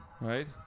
right